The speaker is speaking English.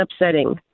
upsetting